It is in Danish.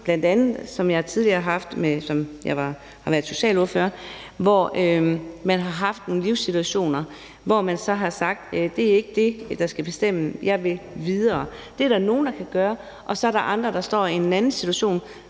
Bl.a. har jeg tidligere, da jeg var socialordfører, set folk i nogle livssituationer, hvor de så har sagt: Det er ikke det, der skal bestemme; jeg vil videre. Det er der nogle der kan gøre, og så er der andre, der står i en anden situation.